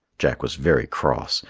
jack was very cross.